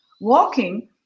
walking